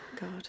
God